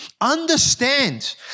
understand